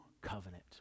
covenant